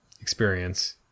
experience